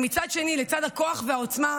ומצד שני, לצד הכוח והעוצמה,